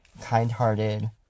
kind-hearted